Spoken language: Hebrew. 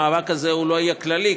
המאבק הזה לא יהיה כללי,